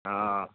हँ